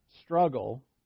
struggle